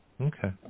Okay